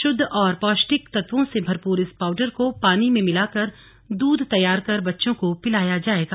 शुद्ध और पौष्टिक तत्वों से भरपूर इस पाउडर को पानी में मिलाकर दूध तैयार कर बच्चों को पिलाया जायेगा